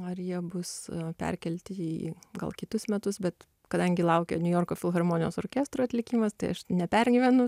ar jie bus perkelti į gal kitus metus bet kadangi laukia niujorko filharmonijos orkestro atlikimas tai aš nepergyvenu